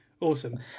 awesome